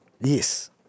Yes